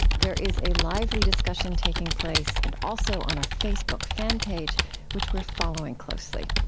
there is a lively discussion taking place and also on our facebook fan page which we are following closely.